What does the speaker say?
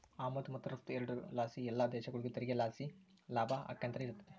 ಆಮದು ಮತ್ತು ರಫ್ತು ಎರಡುರ್ ಲಾಸಿ ಎಲ್ಲ ದೇಶಗುಳಿಗೂ ತೆರಿಗೆ ಲಾಸಿ ಲಾಭ ಆಕ್ಯಂತಲೆ ಇರ್ತತೆ